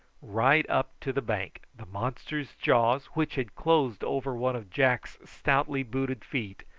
right up to the bank, the monster's jaws, which had closed over one of jack's stoutly booted feet,